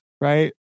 right